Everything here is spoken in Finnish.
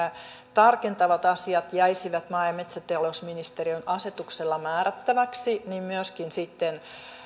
tarkentavat asiat jäisivät maa ja metsätalousministeriön asetuksella määrättäväksi niin myöskin sitten